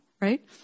right